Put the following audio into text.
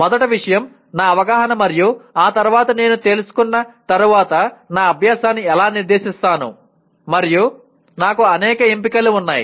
మొదటి విషయం నా అవగాహన మరియు ఆ తరువాత నేను తెలుసుకున్న తర్వాత నా అభ్యాసాన్ని ఎలా నిర్దేశిస్తాను మరియు నాకు అనేక ఎంపికలు ఉన్నాయి